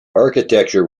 architecture